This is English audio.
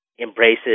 embraces